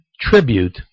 tribute